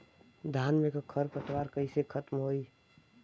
धान में क खर पतवार कईसे खत्म होई?